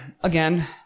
again